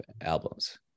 albums